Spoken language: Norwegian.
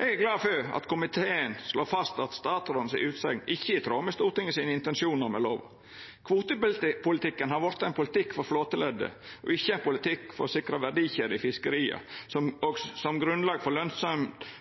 Eg er glad for at komiteen slår fast at utsegna frå statsråden ikkje er i tråd med Stortingets intensjonar med lova. Kvotepolitikken har vorte ein politikk for flåteleddet og ikkje ein politikk for å sikra verdikjeda i fiskeria som grunnlag for lønsemd for